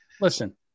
Listen